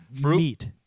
meat